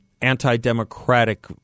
anti-democratic